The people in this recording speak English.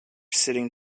sitting